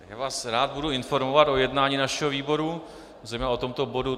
Já vás rád budu informovat o jednání našeho výboru, zejména o tomto bodu.